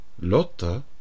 Lotta